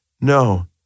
no